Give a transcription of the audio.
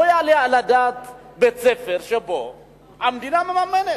לא יעלה על הדעת שבית-ספר שהמדינה מממנת,